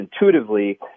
intuitively